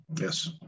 Yes